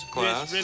Class